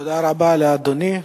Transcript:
תודה רבה לאדוני.